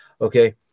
okay